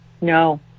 No